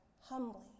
humbly